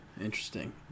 interesting